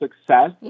success